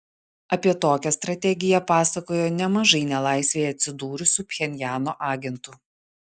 apie tokią strategiją pasakojo nemažai nelaisvėje atsidūrusių pchenjano agentų